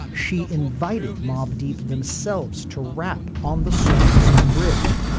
she invited mobb deep themselves to rap on the song's bridge.